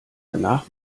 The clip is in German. danach